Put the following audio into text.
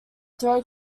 throw